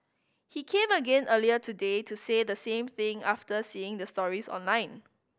he came again earlier today to say the same thing after seeing the stories online